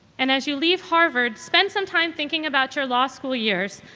and as you leave harvard, spend some time thinking about your law school years,